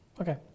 Okay